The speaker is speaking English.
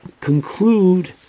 conclude